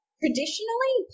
traditionally